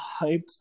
hyped